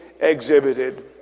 exhibited